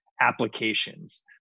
applications